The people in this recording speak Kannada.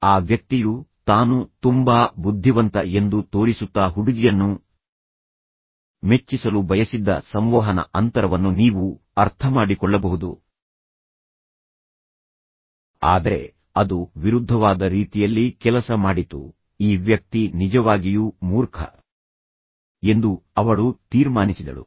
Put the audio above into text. ಆ ವ್ಯಕ್ತಿಯು ತಾನು ತುಂಬಾ ಬುದ್ಧಿವಂತ ಎಂದು ತೋರಿಸುತ್ತಾ ಹುಡುಗಿಯನ್ನು ಮೆಚ್ಚಿಸಲು ಬಯಸಿದ್ದ ಸಂವಹನ ಅಂತರವನ್ನು ನೀವು ಅರ್ಥಮಾಡಿಕೊಳ್ಳಬಹುದು ಆದರೆ ಅದು ವಿರುದ್ಧವಾದ ರೀತಿಯಲ್ಲಿ ಕೆಲಸ ಮಾಡಿತು ಈ ವ್ಯಕ್ತಿ ನಿಜವಾಗಿಯೂ ಮೂರ್ಖ ಎಂದು ಅವಳು ತೀರ್ಮಾನಿಸಿದಳು